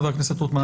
חבר הכנסת רוטמן,